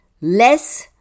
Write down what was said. Less